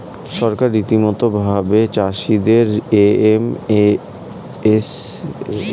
সরকার রীতিমতো ভাবে চাষিদের এম.এস.পি প্রদান করে থাকে যাতে তাদের ফসলের দাম খুব নীচে না যায়